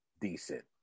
decent